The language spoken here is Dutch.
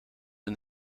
hun